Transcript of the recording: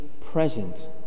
present